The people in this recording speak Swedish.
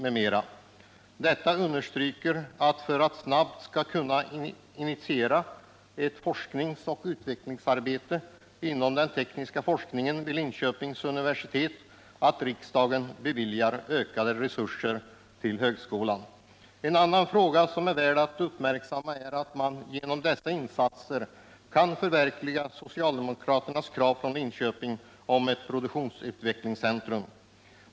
För att man snabbt skall kunna initiera ett forskningsoch utvecklingsarbete inom den tekniska forskningen vid Linköpings universitet bör riksdagen bevilja ökade resurser till högskolan. Ett annat faktum som är värt att uppmärksamma är att man genom dessa insatser kan förverkliga ett socialdemokratiskt krav från Linköping om ett produktutvecklingscentrum.